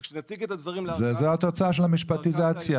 וכשנציג את הדברים --- זו התוצאה של המשפטיזציה.